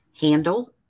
handle